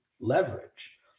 leverage